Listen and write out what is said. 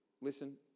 Listen